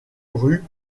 rue